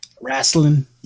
wrestling